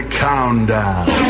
countdown